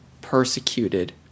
persecuted